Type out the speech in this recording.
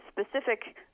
specific